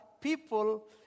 people